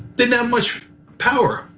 didn't have much power.